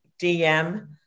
DM